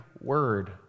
word